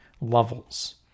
levels